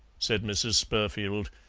said mrs. spurfield,